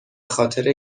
خاطر